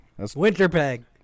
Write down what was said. Winterpeg